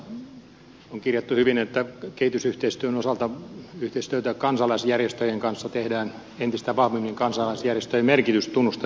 hallitusohjelmassa on kirjattu hyvin että kehitysyhteistyön osalta yhteistyötä kansalaisjärjestöjen kanssa tehdään entistä vahvemmin kansalaisjärjestöjen merkitys tunnustetaan hyvin